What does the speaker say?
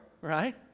right